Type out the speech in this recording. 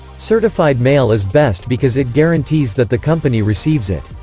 certified mail is best because it guarantees that the company receives it.